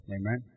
Amen